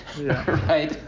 Right